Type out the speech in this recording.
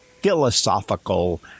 philosophical